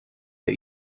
der